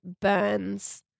Burns